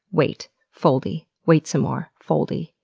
wait. foldy. wait some more. fold-y.